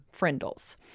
friendles